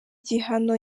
gihano